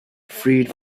freed